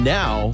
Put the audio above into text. now